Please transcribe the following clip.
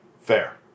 Fair